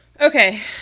Okay